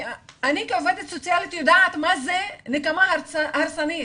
אני כעובדת סוציאלית יודעת מה היא נקמה הרסנית,